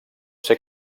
ser